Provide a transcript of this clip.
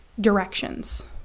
directions